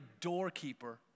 doorkeeper